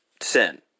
sin